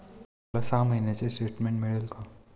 मला सहा महिन्यांचे स्टेटमेंट मिळेल का?